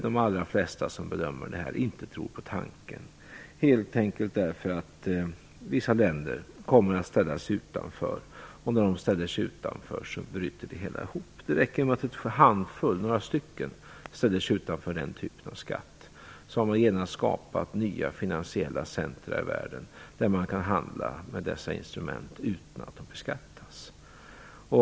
De allra flesta som bedömer det tror inte på den tanken, helt enkelt därför att vissa länder kommer att ställa sig utanför, och när de gör det bryter det hela ihop. Det räcker med att en handfull, några stycken, ställer sig utanför den typen av skatt för att man skall ha skapat nya finansiella centra i världen där man kan handla med dessa instrument utan att de beskattas.